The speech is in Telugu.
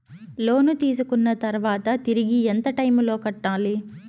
లోను తీసుకున్న తర్వాత తిరిగి ఎంత టైములో కట్టాలి